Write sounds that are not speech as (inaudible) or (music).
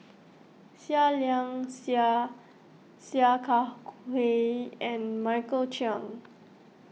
Seah Liang Seah Sia Kah (noise) Hui and Michael Chiang